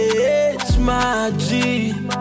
H-My-G